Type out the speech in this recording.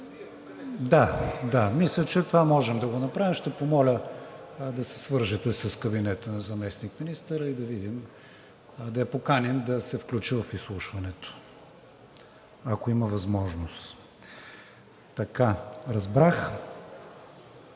Да, мисля, че това можем да направим. Ще помоля да се свържете с кабинета на заместник-министъра, за да я поканим да се включи в изслушването. Ако има възможност. Тогава да